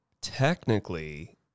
technically